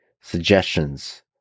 suggestions